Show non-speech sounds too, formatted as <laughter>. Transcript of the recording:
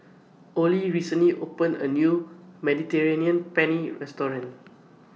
<noise> Olie recently opened A New Mediterranean Penne Restaurant